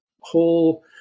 whole